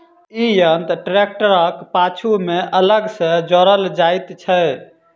ई यंत्र ट्रेक्टरक पाछू मे अलग सॅ जोड़ल जाइत छै